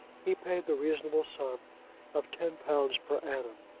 he paid the reasonable sum of ten pounds per annum.